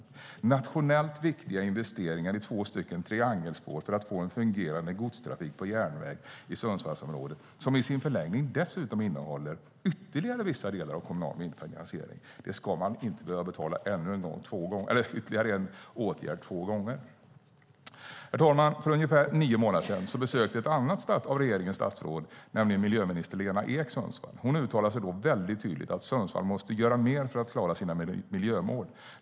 Det handlar om nationellt viktiga investeringar i två triangelspår för att få en fungerande godstrafik på järnväg i Sundsvallsområdet som i sin förlängning dessutom innehåller ytterligare vissa delar av kommunal finansiering. Man ska inte behöva betala ytterligare en åtgärd två gånger. Herr talman! För ungefär nio månader sedan besökte ett annat av regeringens statsråd Sundsvall, nämligen miljöminister Lena Ek. Hon uttalade då väldigt tydligt att Sundsvall måste göra mer för att klara sina miljömål.